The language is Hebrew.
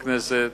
בכנסת,